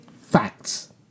facts